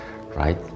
right